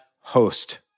host